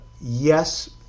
yes